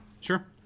Sure